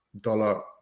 dollar